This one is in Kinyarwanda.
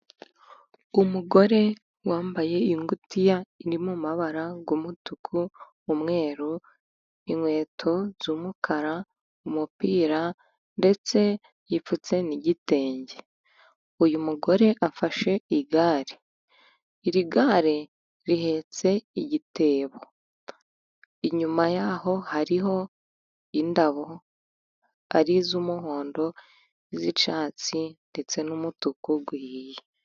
Umugore wambaye ingutiya iri mu mabara y'umutuku, umweru, inkweto z'umukara, umupira, ndetse yipfutse n'igitenge. Uyu mugore afashe igare. Iri gare, rihetse igitebo. Inyuma yaho hariho indabo, ari iz'umuhondo, iz'icyatsi, ndetse n'umutuku uhiye.